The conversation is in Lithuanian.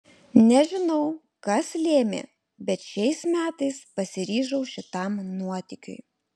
nežinau kas lėmė bet šiais metais pasiryžau šitam nuotykiui